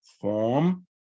form